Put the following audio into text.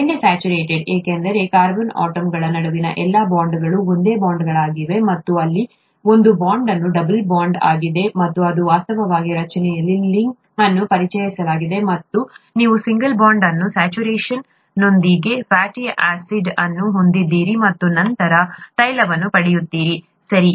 ಬೆಣ್ಣೆ ಸ್ಯಾಚುರೇಟೆಡ್ ಏಕೆಂದರೆ ಕಾರ್ಬನ್ ಆಟಮ್ಗಳ ನಡುವಿನ ಎಲ್ಲಾ ಬಾಂಡ್ಗಳು ಒಂದೇ ಬಾಂಡ್ಗಳಾಗಿವೆ ಮತ್ತು ಇಲ್ಲಿ ಒಂದು ಬಾಂಡ್ ಡಬಲ್ ಬಾಂಡ್ ಆಗಿದೆ ಇದು ವಾಸ್ತವವಾಗಿ ರಚನೆಯಲ್ಲಿ ಕಿಂಕ್ ಅನ್ನು ಪರಿಚಯಿಸುತ್ತದೆ ಮತ್ತು ನೀವು ಸಿಂಗಲ್ ಬಾಂಡ್ ಅನ್ ಸ್ಯಾಚುರೇಷನ್ನೊಂದಿಗೆ ಫ್ಯಾಟಿ ಆಸಿಡ್ ಅನ್ನು ಹೊಂದಿದ್ದೀರಿ ಮತ್ತು ನಂತರ ನೀವು ತೈಲವನ್ನು ಪಡೆಯುತ್ತೀರಿ ಸರಿ